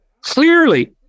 clearly